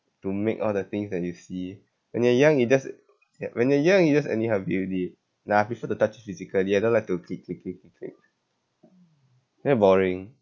to make all the things that you see when you're young you just when you're young you just anyhow build it nah I prefer to touch it physically I don't like to click click click click click very boring